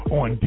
on